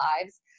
lives